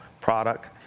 product